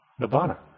nibbana